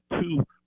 two